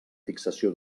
fixació